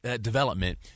development